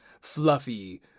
fluffy